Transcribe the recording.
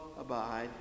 abide